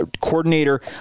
coordinator